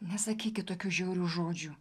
nesakykit tokių žiaurių žodžių